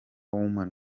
women